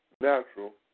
Natural